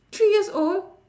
three years old